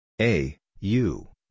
A-U